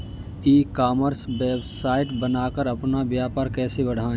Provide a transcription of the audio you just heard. ई commerce website बनाकर अपना व्यापार कैसे बढ़ाएँ?